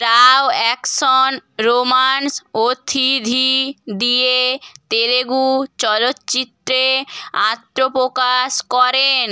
রাও action romance অতিথি দিয়ে তেলেগু চলচ্চিত্রে আত্মপ্রকাশ করেন